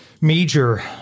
major